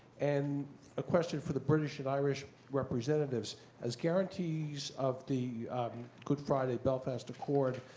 and a question for the british and irish representatives as guarantees of the good friday belfast accord,